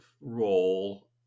role